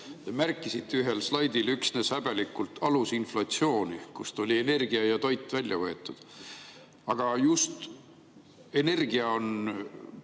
Märkisite ühel slaidil üksnes häbelikult alusinflatsiooni, kust oli energia ja toit välja võetud. Aga just energia on